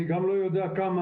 אני גם לא יודע כמה,